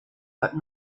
but